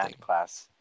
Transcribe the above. class